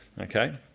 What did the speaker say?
Okay